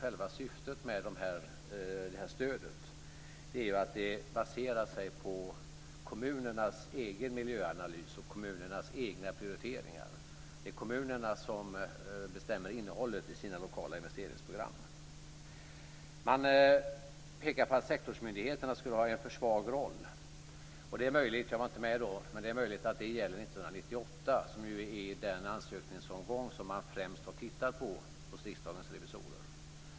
Själva syftet med stödet är att det baserar sig på kommunernas egen miljöanalys och kommunernas egna miljöprioriteringar. Det är kommunerna som bestämmer innehållet i sina lokala investeringsprogram. Man pekar på att sektorsmyndigheterna skulle ha en för svag roll. Jag var inte med då, men det är möjligt att det gäller 1998, som ju är den ansökningsomgång som man främst har tittat på hos Riksdagens revisorer.